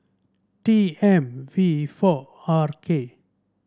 T M V four Red K